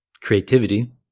creativity